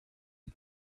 can